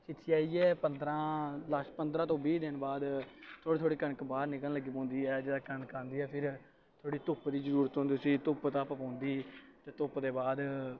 खिच्ची आइयै पंदरां लास्ट पंदरां तो बीह् दिन बाद थोह्ड़े थोह्ड़े कनक बाह्र निकलन लग्गी पौंदी ऐ जेल्लै कनक आंदी ऐ फिर थोह्ड़ी धुप्प दी जरूरत होंदी उसी धुप्प धाप्प पौंदी ते धुप्प दे बाद